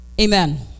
Amen